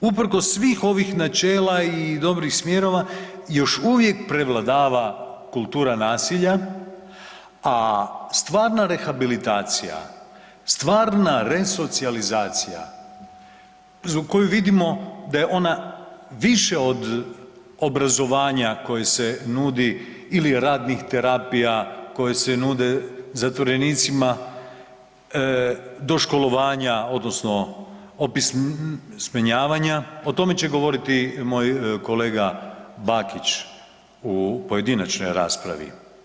Uprkos svih ovih načela i dobrih smjerova još uvijek prevladava kultura nasilja, a stvarna rehabilitacija, stvarna resocijalizacija koju vidimo da je ona više od obrazovanja koje se nudi ili radnih terapija koje se nude zatvorenicima, doškolovanja odnosno opismenjavanja, o tome će govoriti moj kolega Bakić u pojedinačnoj raspravi.